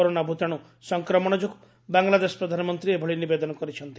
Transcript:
corona ଭୂତାଣୁ ସଂକ୍ରମଣ ଯୋଗୁଁ ବାଙ୍ଗଲାଦେଶ ପ୍ରଧାନମନ୍ତ୍ରୀ ଏଭଳି ନିବେଦନ କରିଛନ୍ତି